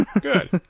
good